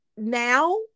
Now